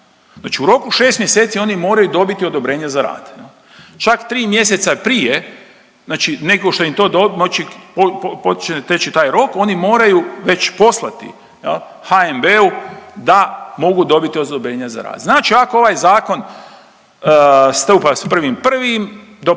znači u roku 6 mjeseci oni moraju dobiti odobrenje za rad, čak tri mjeseca prije nego što im to počinje teći taj rok oni moraju već poslati HNB-u da mogu dobiti odobrenje za rad. Znači ako ovaj zakon stupa s 1.01. slijedeće